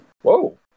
Whoa